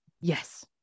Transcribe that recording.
Yes